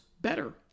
better